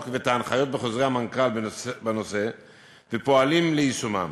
ואת ההנחיות בחוזרי המנכ"ל בנושא ופועלים ליישומם.